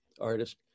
artist